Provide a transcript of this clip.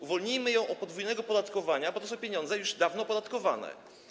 Uwolnijmy od podwójnego podatkowania, bo to są pieniądze już dawno opodatkowane.